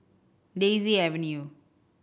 Daisy Avenue